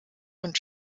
und